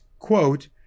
quote